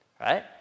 right